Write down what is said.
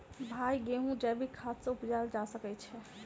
भाई गेंहूँ जैविक खाद सँ उपजाल जा सकै छैय?